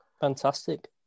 Fantastic